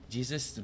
Jesus